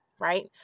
right